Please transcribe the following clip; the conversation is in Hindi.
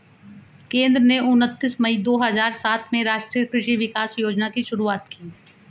केंद्र ने उनतीस मई दो हजार सात में राष्ट्रीय कृषि विकास योजना की शुरूआत की